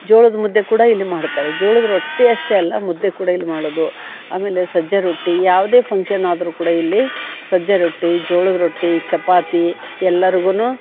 ಜೋಳದ ಮುದ್ದೆ ಕೂಡ ಇಲ್ಲಿ ಮಾಡ್ತಾರೆ ಜೋಳದ ರೊಟ್ಟಿ ಅಷ್ಟೇ ಅಲ್ಲ ಮುದ್ದೆ ಕೂಡ ಇಲ್ಲಿ ಮಾಡೋದು ಆಮೇಲೆ ಸಜ್ಜೆ ರೊಟ್ಟಿ ಯಾವ್ದೇ ಫಂಕ್ಷನ್ ಆದರೂ ಕೂಡ ಇಲ್ಲಿ ಸಜ್ಜೆ ರೊಟ್ಟಿ ಜೋಳದ ರೊಟ್ಟಿ ಚಪಾತಿ ಎಲ್ಲರ್ಗೂ